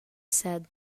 said